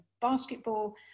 basketball